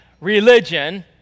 religion